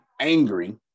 angry